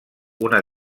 una